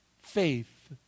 faith